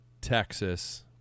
texas